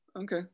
Okay